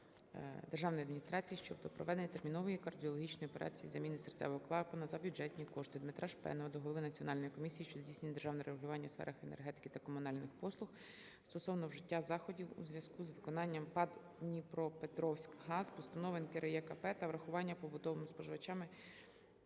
державної адміністрації щодо проведення термінової кардіологічної операції з заміни серцевого клапана за бюджетні кошти. Дмитра Шпенова до голови Національної комісії, що здійснює державне регулювання у сферах енергетики та комунальних послуг стосовно вжиття заходів у зв'язку із невиконанням ПАТ "Дніпропетровськгаз" постанови НКРЕКП та врахування побутовим споживачам